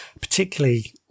particularly